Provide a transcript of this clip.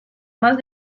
más